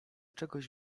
czegoś